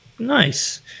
Nice